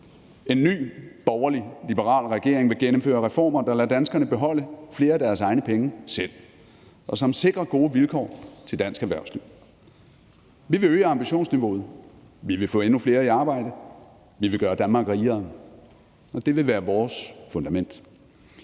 En ny borgerlig-liberal regering vil gennemføre reformer, der lader danskerne beholde flere af deres egne penge, og som sikrer gode vilkår til dansk erhvervsliv. Vi vil øge ambitionsniveauet, vi vil få endnu flere i arbejde, vi vil gøre Danmark rigere, og det vil være vores fundament.